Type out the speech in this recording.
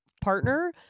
partner